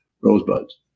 rosebuds